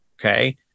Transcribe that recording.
Okay